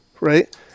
right